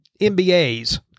MBAs